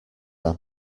are